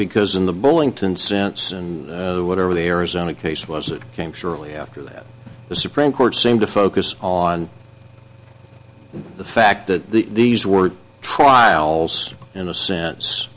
because in the bullington sense and whatever the arizona case was it came shortly after that the supreme court seemed to focus on the fact that these were trials in a sense